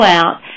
out